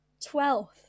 Twelfth